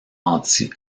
anti